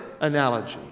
analogy